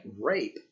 rape